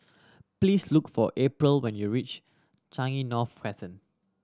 please look for April when you reach Changi North Crescent